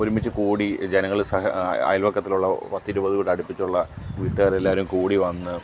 ഒരുമിച്ച് കൂടി ജനങ്ങൾ സഹ അയൽവക്കത്തിലുള്ള പത്തിരുപത് വീട് അടുപ്പിച്ചുള്ള വീട്ടുകാരെല്ലാവരും കൂടി വന്ന്